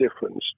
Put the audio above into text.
difference